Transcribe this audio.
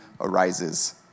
arises